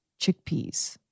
chickpeas